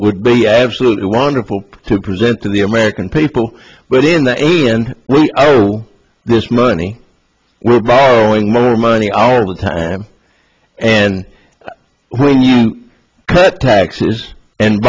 would be absolutely wonderful to present to the american people but in the end this money we're borrowing more money all the time and when you cut taxes and